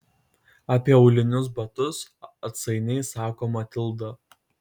apie aulinius batus atsainiai sako matilda